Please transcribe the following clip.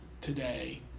today